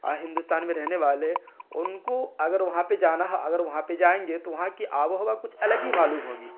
اور ہندوستان میں رہنے والے ان کو اگر وہاں پہ جانا ہے اگر وہاں پہ جائیں گے تو وہاں کی آب و ہوا کچھ الگ ہی معلوم ہوگی